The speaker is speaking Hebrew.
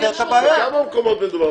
אם זה מקרים נדירים,